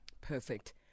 perfect